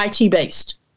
IT-based